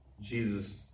Jesus